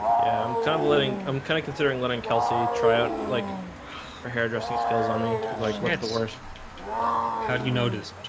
yeah, i'm kind of living. i'm kind of considering letting kelsey try out like her hairdressing skills on me the worse how do you notice?